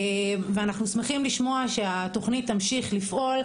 ואנחנו שמחים לשמוע שהתוכנית תמשיך לפעול.